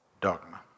Dogma